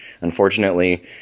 unfortunately